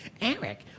Eric